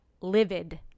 livid